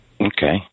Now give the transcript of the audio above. Okay